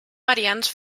variants